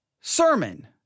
sermon